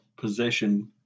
possession